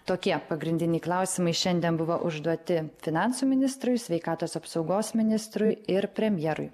tokie pagrindiniai klausimai šiandien buvo užduoti finansų ministrui sveikatos apsaugos ministrui ir premjerui